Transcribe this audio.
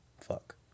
Fuck